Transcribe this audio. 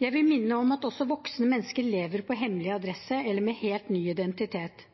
Jeg vil minne om at også voksne mennesker lever på hemmelig adresse eller med helt ny identitet.